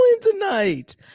tonight